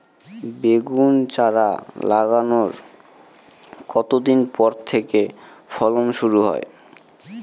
বেগুন চারা লাগানোর কতদিন পর থেকে ফলন শুরু হয়?